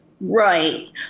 Right